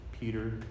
Peter